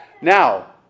Now